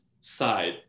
side